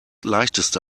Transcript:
leichteste